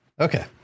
Okay